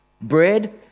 bread